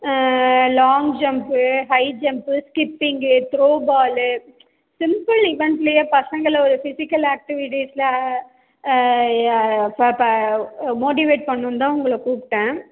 long jump high jump skipping throwball simple இவென்ட்லேயே பசங்களோட physical ஆக்டிவிட்டிஸில் மோட்டிவேட் பண்ணணுன்தான் உங்களை கூப்பிட்டேன்